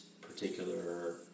particular